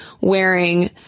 wearing